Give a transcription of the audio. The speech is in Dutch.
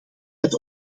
tijd